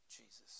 Jesus